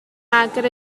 agor